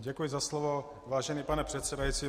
Děkuji za slovo, vážený pane předsedající.